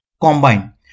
combine